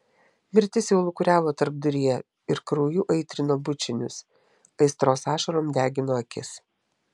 mirtis jau lūkuriavo tarpduryje ir krauju aitrino bučinius aistros ašarom degino akis